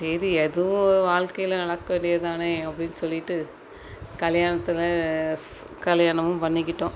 சரி எதுவும் வாழ்க்கையில் நடக்க வேண்டிய தானே அப்படின்னு சொல்லிவிட்டு கல்யாணத்தில் ஸ் கல்யாணமும் பண்ணிக்கிட்டோம்